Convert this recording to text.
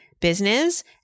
business